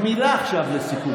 מילה עכשיו לסיכום.